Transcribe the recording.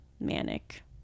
manic